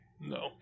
No